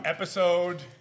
Episode